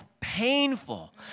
painful